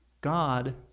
God